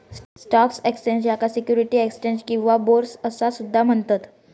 stock exchange, याका securities exchange किंवा bourse असा सुद्धा म्हणतत